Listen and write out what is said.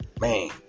Man